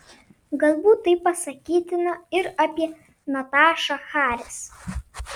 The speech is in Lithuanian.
galbūt tai pasakytina ir apie natašą haris